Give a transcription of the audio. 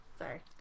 Sorry